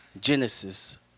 Genesis